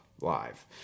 live